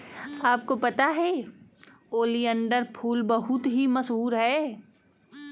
आपको पता है ओलियंडर फूल बहुत ही मशहूर है